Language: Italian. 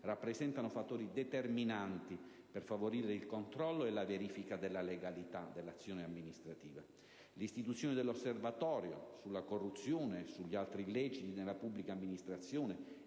rappresentano fattori determinanti per favorire il controllo e la verifica della legalità dell'azione amministrativa. L'istituzione dell'Osservatorio sulla corruzione e sugli altri illeciti nella pubblica amministrazione